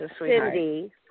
Cindy